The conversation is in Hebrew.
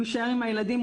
הוא יישאר עם הילדים,